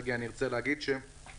חושב